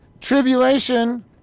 Tribulation